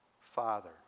father